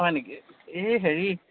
হয় নেকি এই হেৰি